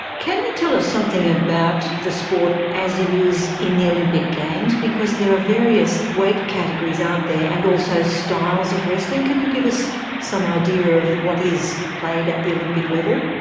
can you tell us something about the sport as it is in the olympic games? because there are various weight categories, aren't there, and also styles of wrestling. can you give us some idea of what is played at the olympic level?